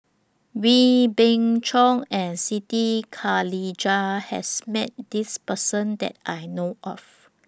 Wee Beng Chong and Siti Khalijah has Met This Person that I know of